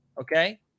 okay